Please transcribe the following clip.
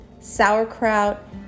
sauerkraut